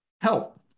help